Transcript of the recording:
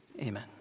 Amen